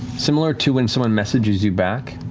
similar to when someone messages you back.